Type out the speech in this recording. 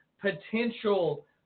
potential